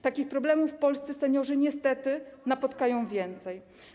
Takich problemów w Polsce seniorzy, niestety, napotkają więcej.